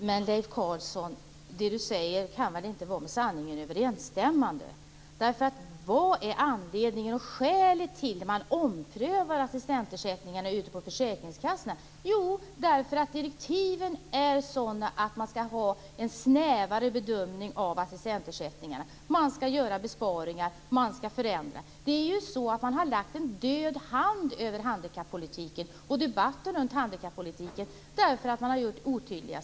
Fru talman! Men det som Hans Karlsson säger kan väl inte vara med sanningen överensstämmande. Vad är skälet till att man omprövar assistansersättningarna ute på försäkringskassorna? Jo, direktiven är sådana att man skall göra en snävare bedömning när det gäller assistansersättningarna. Man skall genomföra besparingar och förändringar. Det har ju lagts en död hand över handikappolitiken och debatten om den. Signalerna har varit otydliga.